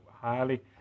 highly